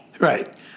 Right